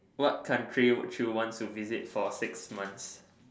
what country would you want to visit for six months